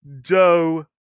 Joe